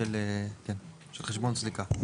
של חשבון סליקה.